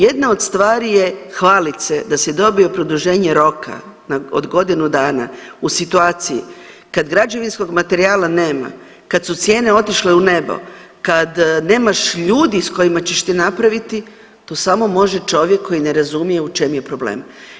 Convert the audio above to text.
Jedna od stvari je hvaliti se da si dobio produženje roka od godinu dana u situaciji kad građevinskog materijala nema, kad su cijene otišle u nebo, kad nemaš ljudi s kojima ćeš ti napraviti, to samo može čovjek koji ne razumije u čemu je problem.